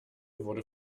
wurde